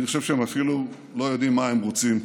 אני חושב שהם אפילו לא יודעים מה הם רוצים.